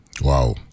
Wow